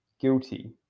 Guilty